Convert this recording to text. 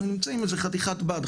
אנחנו נמצאים עם איזה חתיכת בד,